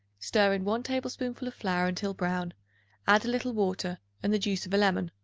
stir in one tablespoonful of flour until brown add a little water and the juice of a lemon,